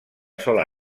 sola